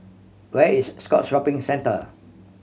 where is Scotts Shopping Centre